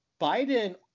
Biden